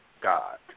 God